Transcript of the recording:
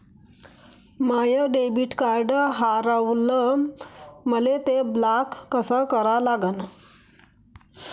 माय debit card हारवलं, मले ते ब्लॉक कस करा लागन?